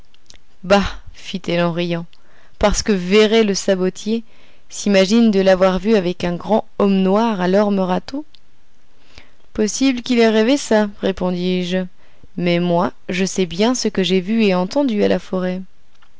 fit-elle en riant parce que véret le sabotier s'imagine de l'avoir vu avec un grand homme noir à l'orme râteau possible qu'il ait rêvé ça répondis-je mais moi je sais bien ce que j'ai vu et entendu à la forêt